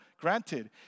granted